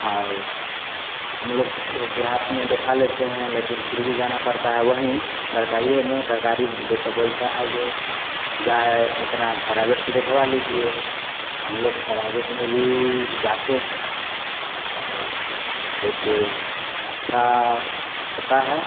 और हम लोग देहात में देखा लेते हैं लेकिन फिर भी जाना पड़ता है वहीं सरकारिए में सरकारी जब तक बोलता है जो जाए अपना प्राइवेट से देखवा लीजिए तो हम लोग प्राइवेट में भी जाते हैं और जैसे अच्छा होता है